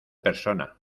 persona